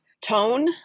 tone